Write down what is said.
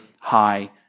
high